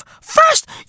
first